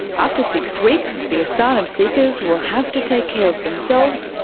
after six weeks, the asylum seekers will have to take care of themselves,